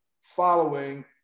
following